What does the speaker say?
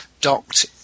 docked